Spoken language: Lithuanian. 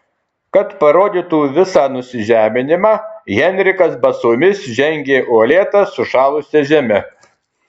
kad parodytų visą nusižeminimą henrikas basomis žengė uolėta sušalusia žeme